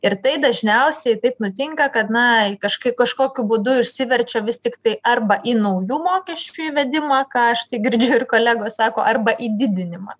ir tai dažniausiai taip nutinka kad na kažkaip kažkokiu būdu išsiverčia vis tiktai arba į naujų mokesčių įvedimą ką aš tai girdžiu ir kolegos sako arba į didinimą